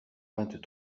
vingt